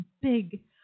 big